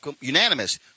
unanimous